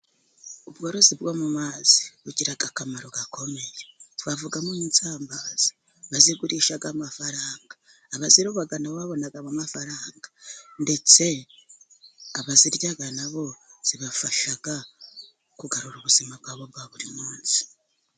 Ubworozi bwo mu mazi bugira akamaro gakomeye. Twavugamo nk'insambaza. Bazigurisha amafaranga, abaziroba na bo babonamo amafaranga, ndetse abazirya na bo zibafasha kugarura ubuzima bwabo bwa buri munsi.